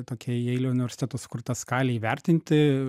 tokia jeilio universiteto sukurta skalė įvertinti